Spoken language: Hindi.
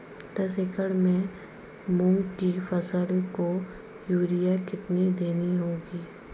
दस एकड़ में मूंग की फसल को यूरिया कितनी देनी होगी?